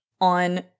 on